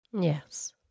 Yes